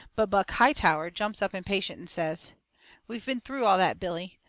but buck hightower jumps up impatient and says we've been through all that, billy.